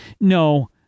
no